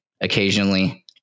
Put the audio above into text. occasionally